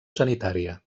sanitària